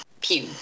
pew